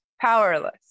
powerless